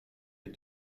est